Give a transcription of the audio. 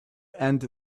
end